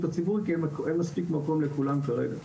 הציבורי כי אין מספיק מקום לכולם כרגע.